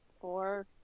four